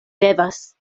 devas